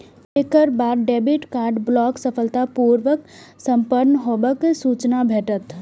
एकर बाद debit card block सफलतापूर्व संपन्न हेबाक सूचना भेटत